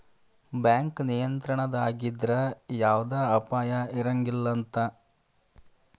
bank ನಿಯಂತ್ರಣದಾಗಿದ್ರ ಯವ್ದ ಅಪಾಯಾ ಇರಂಗಿಲಂತ್